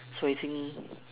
so I think